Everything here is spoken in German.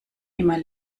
immer